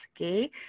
okay